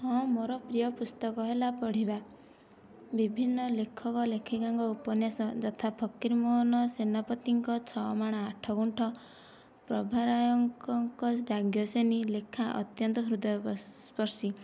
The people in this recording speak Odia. ହଁ ମୋର ପ୍ରିୟ ପୁସ୍ତକ ହେଲା ପଢ଼ିବା ବିଭିନ୍ନ ଲେଖକ ଲେଖିକାଙ୍କ ଉପନ୍ୟାସ ଯଥା ଫକୀରମୋହନ ସେନାପତିଙ୍କ ଛଅମାଣ ଆଠଗୁଣ୍ଠ ପ୍ରଭାରାୟଙ୍କ ଙ୍କ ଯାଜ୍ଞସେନୀ ଲେଖା ଅତ୍ୟନ୍ତ ହୃଦୟ ସ୍ପର୍ଶୀ